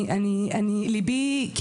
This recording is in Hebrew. אני ליבי,